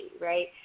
right